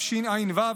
התשפ"ג 2023,